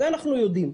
את זה אנחנו יודעים,